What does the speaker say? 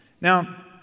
Now